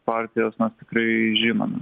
partijos mes tikrai žinome